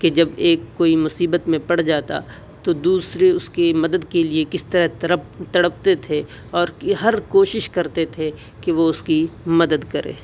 کہ جب ایک کوئی مصیبت میں پڑ جاتا تو دوسرے اس کی مدد کے لیے کس طرح تڑپتے تھے اور ہر کوشش کرتے تھے کہ وہ اس کی مدد کرے